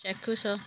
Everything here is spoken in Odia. ଚାକ୍ଷୁଷ